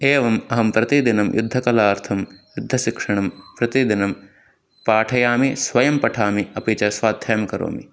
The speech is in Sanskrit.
एवम् अहं प्रतिदिनं युद्धकलार्थं युद्धशिक्षणं प्रतिदिनं पाठयामि स्वयं पठामि अपि च स्वाध्यायं करोमि